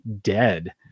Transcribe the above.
dead